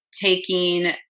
taking